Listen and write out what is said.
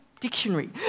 dictionary